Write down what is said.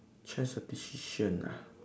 change a decisions ah